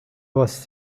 was